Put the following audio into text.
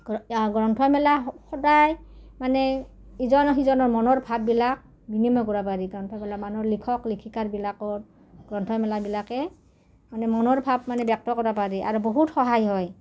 গ্ৰন্থমেলা সদায় মানে ইজনৰ সিজনৰ মনৰ ভাববিলাক বিনিময় কৰিব পাৰি গ্ৰন্থমেলা মানুহ লিখক লিখিকাবিলাকৰ গ্ৰন্থমেলাবিলাকে মানে মনৰ ভাৱ মানে ব্যক্ত কৰাব পাৰি আৰু বহুত সহায় হয়